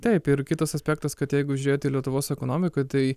taip ir kitas aspektas kad jeigu žėt į lietuvos ekonomiką tai